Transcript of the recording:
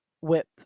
whip